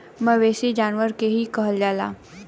मवेसी जानवर के ही कहल जाला